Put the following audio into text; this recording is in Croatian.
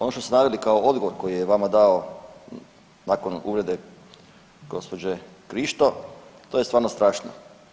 Ono što ste naveli kao odgovor koji je vama dao nakon uvrede gđe. Krišto to je stvarno strašno.